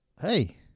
hey